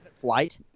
flight